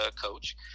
coach